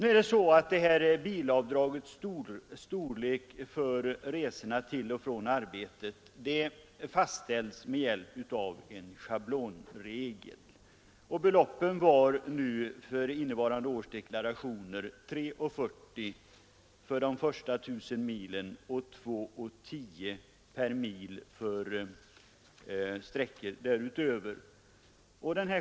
Storleken på avdraget för kostnader för bilresor till och från arbetet fastställs med hjälp av schablonregler. Beloppen var vid innevarande års deklaration 3:40 per mil för de första 1000 milen och 2:10 per mil för sträckor därutöver.